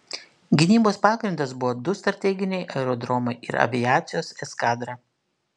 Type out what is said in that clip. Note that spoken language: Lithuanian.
gynybos pagrindas buvo du strateginiai aerodromai ir aviacijos eskadra